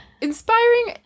inspiring